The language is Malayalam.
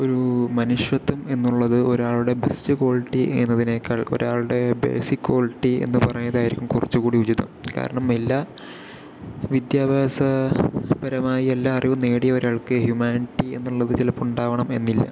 ഒരു മനുഷ്യത്വം എന്നുള്ളത് ഒരാളുടെ ബെസ്റ്റ് ക്വാളിറ്റി എന്നതിനേക്കാൾ ഒരാളുടെ ബേസിക് ക്വാളിറ്റി എന്ന് പറയുന്നതായിരിക്കും കുറച്ചും കൂടി ഉചിതം കാരണം എല്ലാ വിദ്യാഭ്യാസപരമായി എല്ലാ അറിവും നേടിയ ഒരാൾക്ക് ഹ്യൂമാനിറ്റി എന്നുള്ളത് ചിലപ്പോൾ ഉണ്ടാകണം എന്നില്ല